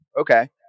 Okay